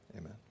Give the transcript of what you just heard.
Amen